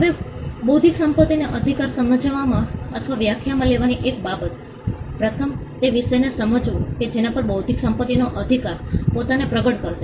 હવે બૌદ્ધિક સંપત્તિને અધિકાર સમજવામાં અથવા વ્યાખ્યામાં લેવાની એક બાબત પ્રથમ તે વિષયને સમજવું કે જેના પર બૌદ્ધિક સંપત્તિનો અધિકાર પોતાને પ્રગટ કરશે